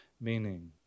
meaning